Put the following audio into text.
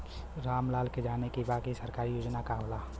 राम लाल के जाने के बा की सरकारी योजना का होला?